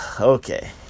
okay